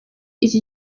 iki